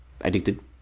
addicted